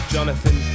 Jonathan